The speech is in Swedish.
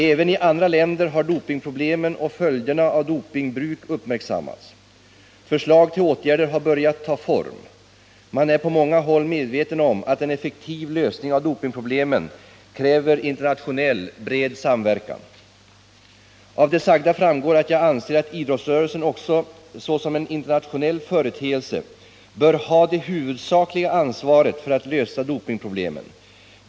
Även i andra länder har dopingproblemen och följderna av dopingbruk uppmärksammats. Förslag till åtgärder har börjat ta form. Man är på många håll medveten om att en effektiv lösning av dopingproblemen kräver bred internationell samverkan. Av det sagda framgår att jag anser att idrottsrörelsen också såsom en internationell företeelse bör ha det huvudsakliga ansvaret för att lösa dopingproblemen.